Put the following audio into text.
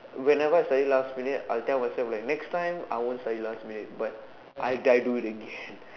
whenever I study last minute I tell myself like next time I won't study last minute but I died do it again